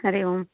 हरिओम्